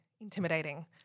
intimidating